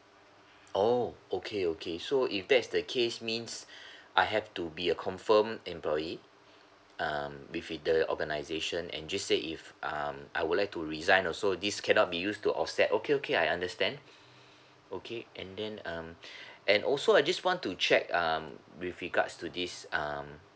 oh okay okay so if that's the case means I have to be a confirmed employee um be with the organisation and just say if um I would like to resign also this cannot be used to offset okay okay I understand okay and then um and also I just want to check um with regards to this um